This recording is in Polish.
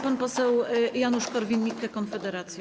Pan poseł Janusz Korwin-Mikke, Konfederacja.